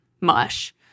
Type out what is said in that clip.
mush